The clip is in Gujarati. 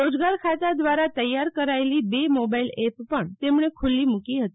રોજગારખાતા દ્વારા તે યાર કરાયેલી બે મોબાઇલ એપ પણ ખુલ્લી મુકી હતી